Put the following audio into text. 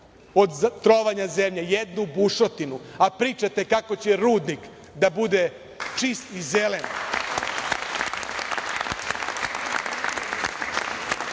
od trovanja zemlje, jednu bušotinu, a pričate kako će rudnik da bude čist i zelen. Divlje